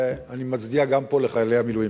ואני מצדיע גם פה לחיילי המילואים.